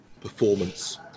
performance